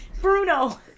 bruno